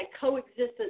coexistence